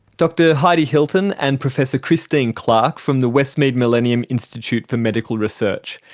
dr heidi hilton and professor christine clarke from the westmead millennium institute for medical research.